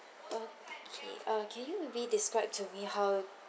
okay uh can you maybe describe to me how